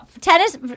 tennis